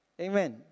Amen